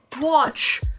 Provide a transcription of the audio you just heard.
watch